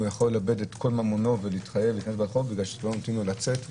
הוא יכול לאבד את כל ממונו ולחיות ברחוב בגלל שלא נותנים לו לצאת,